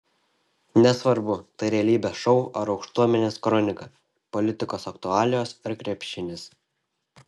nesvarbu tai realybės šou ar aukštuomenės kronika politikos aktualijos ar krepšinis